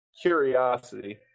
curiosity